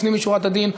לפנים משורת הדין,